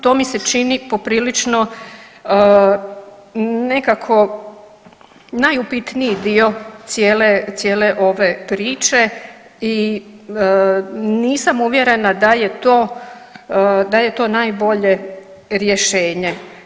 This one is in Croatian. To mi se čini poprilično nekako najupitniji dio cijele ove priče i nisam uvjerena da je to najbolje rješenje.